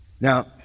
Now